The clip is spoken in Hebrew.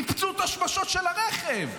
ניפצו את השמשות של הרכב.